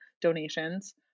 donations